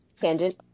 Tangent